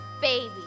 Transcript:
baby